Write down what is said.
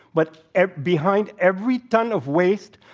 but behind every ton of waste,